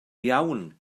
iawn